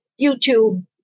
YouTube